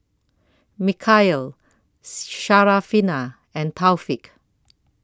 Mikhail Syarafina and Taufik